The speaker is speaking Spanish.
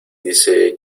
dice